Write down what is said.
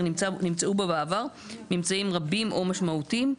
נמצאו בו בעבר ממצאים רבים או משמעותיים".